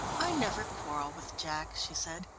i never quarrel with jack, she said.